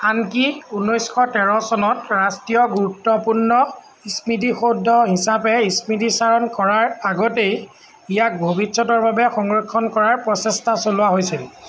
আনকি ঊনৈছশ তেৰ চনত ৰাষ্ট্ৰীয় গুৰুত্বপূৰ্ণ স্মৃতিসৌধ হিচাপে স্মৃতিচাৰণ কৰাৰ আগতেই ইয়াক ভৱিষ্যতৰ বাবে সংৰক্ষণ কৰাৰ প্ৰচেষ্টা চলোৱা হৈছিল